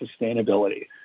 sustainability